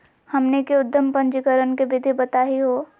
हमनी के उद्यम पंजीकरण के विधि बताही हो?